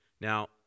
Now